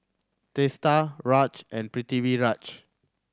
Teesta Raj and Pritiviraj